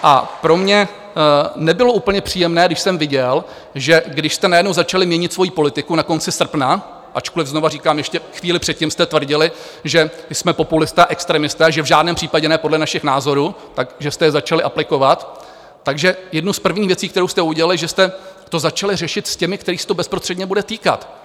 A pro mě nebylo úplně příjemné, když jsem viděl, když jste najednou začali měnit svoji politiku na konci srpna, ačkoliv, znovu říkám, chvíli předtím jste tvrdili, že jsme populisté a extremisté a že v žádném případě ne podle našich názorů, že jste je začali aplikovat, tak jednu z prvních věcí, kterou jste udělali, že jste to začali řešit s těmi, kterých se to bezprostředně bude týkat.